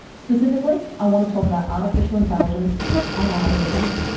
specifically, i want to talk about artificial intelligence and algorithms,